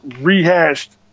rehashed